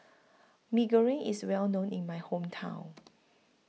Mee Goreng IS Well known in My Hometown